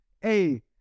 Hey